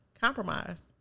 Compromise